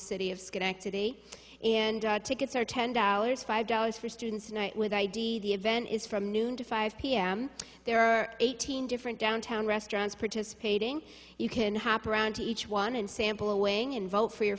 city of schenectady and tickets are ten dollars five dollars for students night with id the event is from noon to five p m there are eighteen different downtown restaurants participating you can happen around each one and sample a wing and vote for your